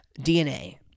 DNA